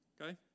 Okay